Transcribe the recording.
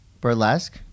Burlesque